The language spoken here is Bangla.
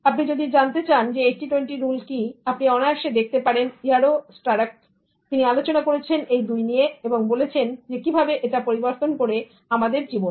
আপনি যদি চান জানতে 8020 রুল কি আপনি অনায়াসে দেখতে পারেন Yaro Starak তিনি আলোচনা করেছেন এই দুই নিয়ে এবং বলেছেন কিভাবে এটা পরিবর্তন করে আমাদের জীবন